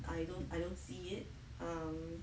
I don't I don't see it um